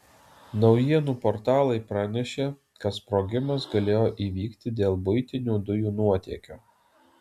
naujienų portalai pranešė kad sprogimas galėjo įvykti dėl buitinių dujų nuotėkio